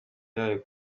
yayo